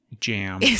jam